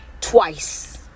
twice